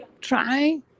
try